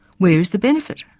where is the benefit?